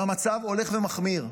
והמצב הולך ומחמיר.